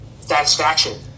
satisfaction